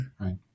Right